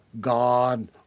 God